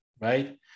right